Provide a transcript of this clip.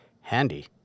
Handy